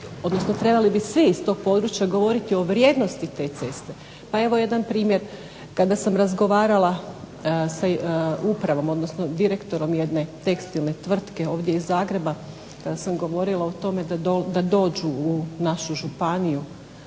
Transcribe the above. odnosno trebali bi svi iz tog područja govoriti o vrijednosti te ceste. Pa evo jedan primjer. Kada sam razgovarala sa upravom, odnosno direktorom jedne tekstilne tvrtke ovdje iz Zagreba, kada sam govorila o tome da dođu u našu županiju,